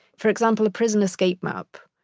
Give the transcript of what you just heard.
for example, a prisoner escape map.